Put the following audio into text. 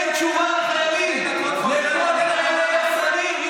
תן תשובה לחיילים, לפחות לחיילי הסדיר.